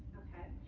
ok?